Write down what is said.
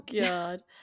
God